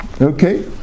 Okay